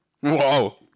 whoa